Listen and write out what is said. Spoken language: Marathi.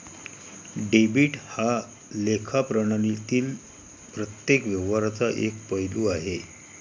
डेबिट हा लेखा प्रणालीतील प्रत्येक व्यवहाराचा एक पैलू आहे